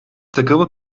takımı